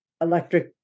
electric